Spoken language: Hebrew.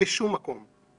בשום מקום.